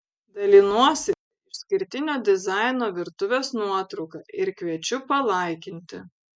dalinuosi išskirtinio dizaino virtuvės nuotrauka ir kviečiu palaikinti